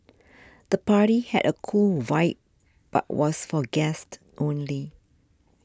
the party had a cool vibe but was for guests only